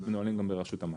מנוהלים גם ברשות המים.